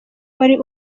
wari